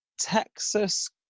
Texas